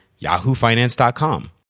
yahoofinance.com